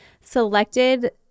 selected